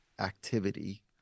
Activity